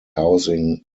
housing